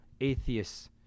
atheists